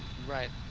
right